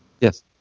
Yes